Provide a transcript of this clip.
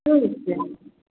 ठीक छै